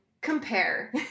compare